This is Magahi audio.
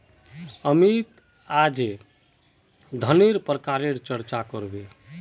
अमित अईज धनन्नेर प्रकारेर चर्चा कर बे